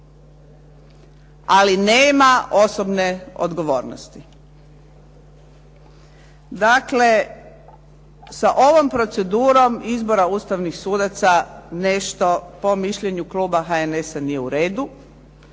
ali nema osobne odgovornosti. Dakle, sa ovom procedurom izbora ustavnih sudaca nešto po mišljenju kluba HNS-a nije u redu.